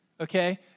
okay